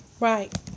Right